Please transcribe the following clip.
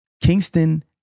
Kingston